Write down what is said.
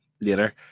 later